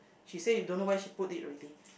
she say you don't know where she put it already